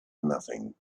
nothing